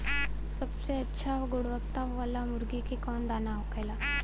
सबसे अच्छा गुणवत्ता वाला मुर्गी के कौन दाना होखेला?